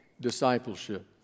discipleship